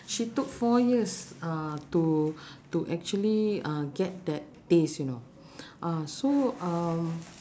she took four years uh to to actually uh get that taste you know ah so um